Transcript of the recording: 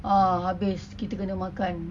ah habis kita kena makan